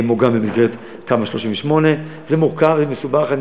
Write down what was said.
מעוגן במסגרת תמ"א 38. זה מורכב ומסובך.